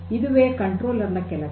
ಇದುವೇ ನಿಯಂತ್ರಕನ ಕೆಲಸ